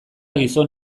gizon